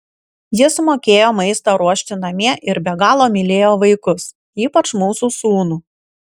jis mokėjo maistą ruošti namie ir be galo mylėjo vaikus ypač mūsų sūnų